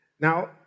Now